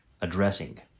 addressing